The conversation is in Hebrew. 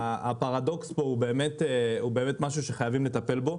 הפרדוקס פה הוא משהו שחייבים לטפל בו.